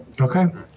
Okay